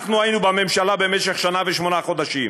אנחנו היינו בממשלה במשך שנה ושמונה חודשים.